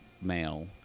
male